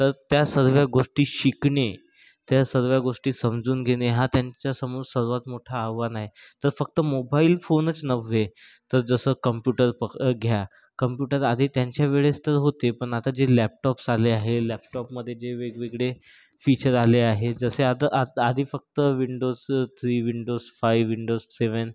तर त्या सर्व गोष्टी शिकणे त्या सर्व गोष्टी समजून घेणे हा त्यांच्यासमोर सर्वात मोठा आव्हान आहे तर फक्त मोबाइल फोनच नव्हे तर जसं कंप्युटर पक घ्या कंप्युटर आधी त्यांच्यावेळेस तर होते पण आता जे लॅपटॉप्स आले आहे लॅपटॉपमध्ये जे वेगवेगळे फीचर आले आहे जसे आता आधी फक्त Windows three Windows five Windows सेवन